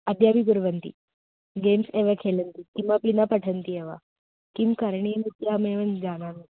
अद्यापि कुर्वन्ति गेम्स् एव खेलन्ति किमपि न पठन्ति एव किं करणीयमित्यहमेव न जानामि